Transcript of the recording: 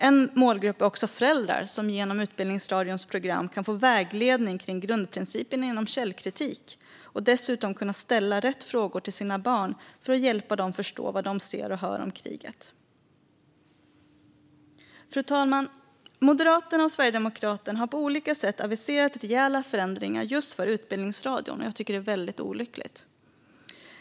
En målgrupp är också föräldrar, som genom Utbildningsradions program kan få vägledning kring grundprinciperna inom källkritik och dessutom råd när det gäller att kunna ställa rätt frågor till sina barn för att hjälpa dem förstå vad de ser och hör om kriget. Fru talman! Moderaterna och Sverigedemokraterna har på olika sätt aviserat rejäla förändringar just för Utbildningsradion. Jag tycker att det är väldigt olyckligt.